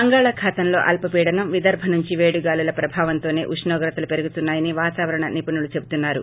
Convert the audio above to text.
బంగాళాఖాతంలో అల్పపీడనం విదర్భ నుంచి పేడిగాలుల ప్రభావంతోసే ఉష్ణోగ్రతలు పెరుగుతున్నా యని వాతావరణ నిపుణులు చెబుతున్నారు